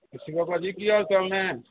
ਸਤਿ ਸ਼੍ਰੀ ਆਕਾਲ ਭਾਅ ਜੀ ਕੀ ਹਾਲ ਚਾਲ ਨੇ